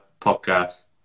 podcast